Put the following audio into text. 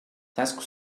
task